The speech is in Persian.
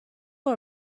بار